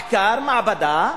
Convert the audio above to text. מחקר מעבדה,